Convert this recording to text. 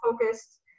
focused